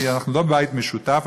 כי אנחנו לא בית משותף,